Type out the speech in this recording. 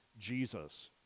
Jesus